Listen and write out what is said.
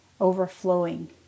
overflowing